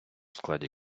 складі